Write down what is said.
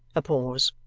a pause.